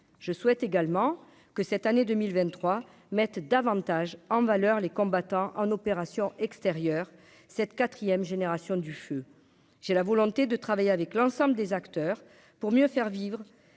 je souhaite également que cette année 2023 mettent davantage en valeur les combattants en opérations extérieures, cette 4ème génération du feu, j'ai la volonté de travailler avec l'ensemble des acteurs pour mieux faire vivre